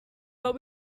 but